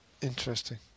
Interesting